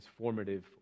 transformative